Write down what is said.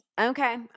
Okay